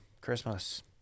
Christmas